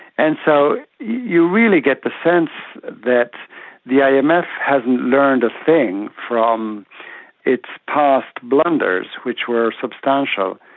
and so you really get the sense that the yeah imf hasn't learned a thing from its past blunders, which were substantial.